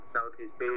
Southeast